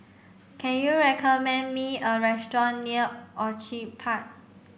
can you recommend me a restaurant near Orchid Park